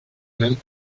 même